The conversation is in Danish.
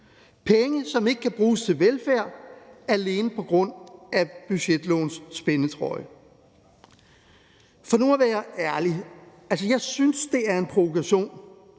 penge, som ikke kan bruges til velfærd, alene på grund af budgetlovens spændetrøje. For nu at være ærlig synes jeg, det er en provokation